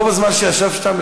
רוב הזמן שישבת שם,